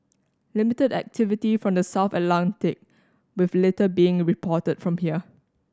limited activity from the south Atlantic with little being reported from here